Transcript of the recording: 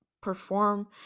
perform